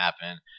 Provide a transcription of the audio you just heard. happen